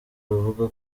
bavuga